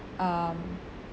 um